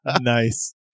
Nice